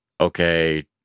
okay